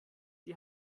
die